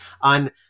on